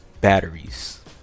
batteries